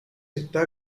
está